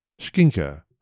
Skinker